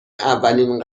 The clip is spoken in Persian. اولین